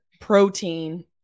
protein